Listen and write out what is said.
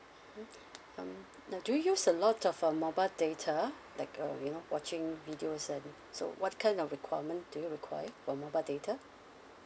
mm um now do you use a lot of uh mobile data like uh you know watching videos and so what kind of requirement do you require for mobile data